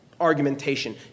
argumentation